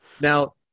now